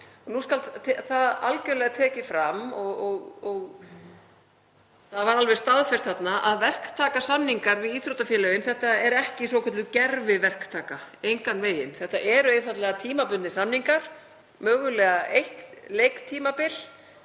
Nú skal það tekið fram og það var staðfest að verktakasamningar við íþróttafélögin eru ekki svokölluð gerviverktaka, engan veginn. Þetta eru einfaldlega tímabundnir samningar, mögulega eitt leiktímabil,